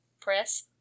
press